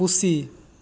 ᱯᱩᱥᱤ